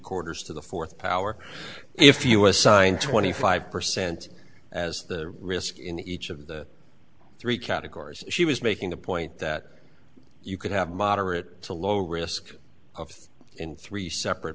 quarters to the fourth power if you assigned twenty five percent as the risk in each of the three categories she was making a point that you could have moderate to low risk of in three separate